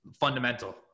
fundamental